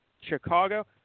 Chicago